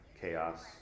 chaos